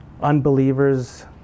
unbelievers